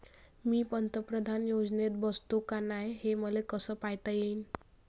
मी पंतप्रधान योजनेत बसतो का नाय, हे मले कस पायता येईन?